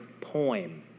poem